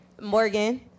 morgan